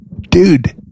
Dude